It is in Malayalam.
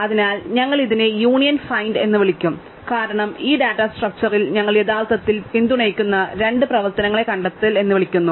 അതിനാൽ ഞങ്ങൾ ഇതിനെ യൂണിയൻ ഫൈൻഡ് എന്ന് വിളിക്കും കാരണം ഈ ഡാറ്റ സ്ട്രക്ച്ചറിൽ ഞങ്ങൾ യഥാർത്ഥത്തിൽ പിന്തുണയ്ക്കുന്ന രണ്ട് പ്രവർത്തനങ്ങളെ കണ്ടെത്തൽ എന്ന് വിളിക്കുന്നു